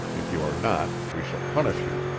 if you are not, we shall punish you.